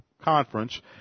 Conference